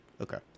Okay